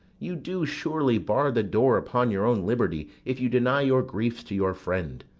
you do, surely, bar the door upon your own liberty if you deny your griefs to your friend.